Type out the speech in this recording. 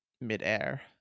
midair